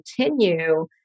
continue